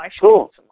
Cool